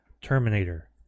Terminator